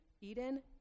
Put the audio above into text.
Eden